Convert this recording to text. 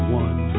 one